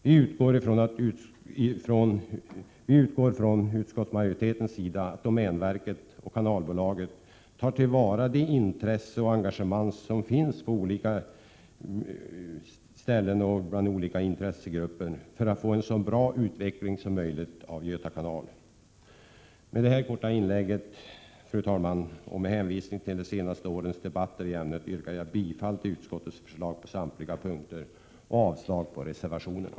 Vi utgår från utskottsmajoritetens sida från att domänverket och Kanalbolaget tar till vara det intresse och engagemang som finns på olika håll och hos olika intressegrupper för att få till stånd en så bra utveckling som möjligt för Göta kanal. Med detta korta inlägg, fru talman, och med hänvisning till de senaste Prot. 1987/88:126 årens debatter i ämnet yrkar jag bifall till utskottets förslag på samtliga 25 maj 1988 punkter och avslag på reservationerna.